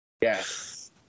Yes